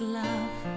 love